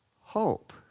hope